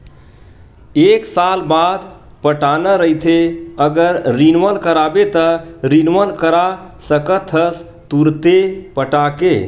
एक साल बाद पटाना रहिथे अगर रिनवल कराबे त रिनवल करा सकथस तुंरते पटाके